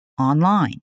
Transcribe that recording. online